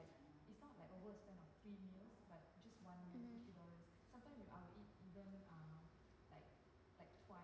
mmhmm